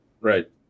Right